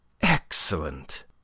Excellent